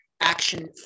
action